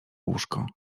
łóżko